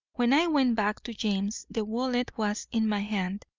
when i went back to james the wallet was in my hand,